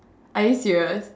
are you serious